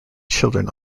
children